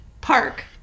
park